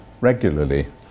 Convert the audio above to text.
regularly